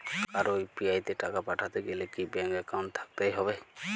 কারো ইউ.পি.আই তে টাকা পাঠাতে গেলে কি ব্যাংক একাউন্ট থাকতেই হবে?